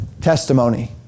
testimony